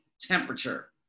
temperature